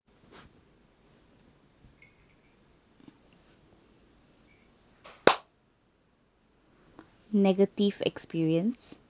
negative experience